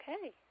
Okay